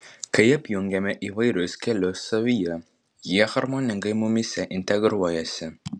kai apjungiame įvairius kelius savyje jie harmoningai mumyse integruojasi